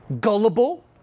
gullible